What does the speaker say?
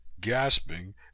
gasping